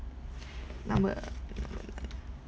number